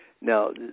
Now